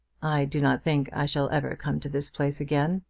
i do not think i shall ever come to this place again,